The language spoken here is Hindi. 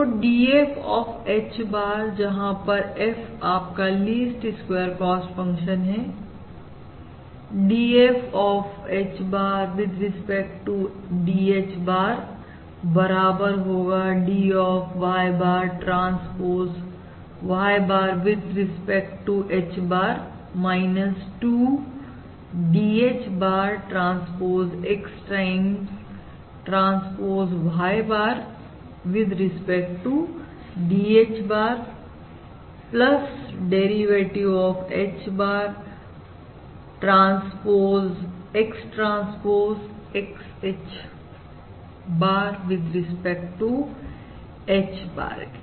तो dF ऑफ H bar जहां पर F आपका लीस्ट स्क्वेयर कॉस्ट फंक्शन है dF of H bar with respect to dH bar बराबर होगा d of Y bar transpose Y bar with respect to H bar 2 d H bar transpose X times transpose Y bar with respect to dH bar derivative of H bar transpose X transpose XH bar with respect to H bar के